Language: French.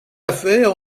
affaire